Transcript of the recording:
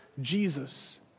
Jesus